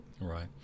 Right